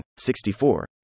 64